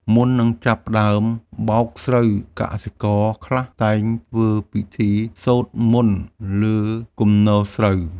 មុននឹងចាប់ផ្តើមបោកស្រូវ កសិករខ្លះតែងធ្វើពិធីសូត្រមន្តលើគំនរស្រូវ។